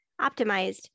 optimized